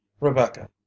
rebecca